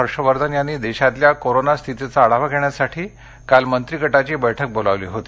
हर्षवर्धन यांनी देशातल्या कोरोना स्थितीचा आढावा घेण्यासाठी काल मंत्रीगटाची बैठक बोलावली होती